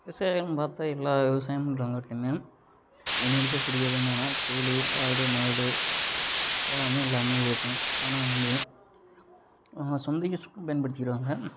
விவசாயம்ன்னு பார்த்தா எல்லா விவசாயம் இருக்கக்கூடியது என்னான்னால் கோழி ஆடு மாடு எல்லாமே எல்லாமே இருக்கும் ஆனால் வந்து அவங்க சொந்த யூஸ்க்கும் பயன்படுத்திக்கிறாங்க